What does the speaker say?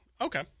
Okay